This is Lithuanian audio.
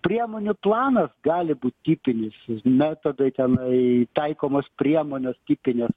priemonių planas gali būt tipinis metodai tenai taikomos priemonės tipinės